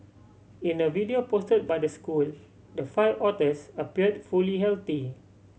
in a video posted by the school the five otters appeared fully healthy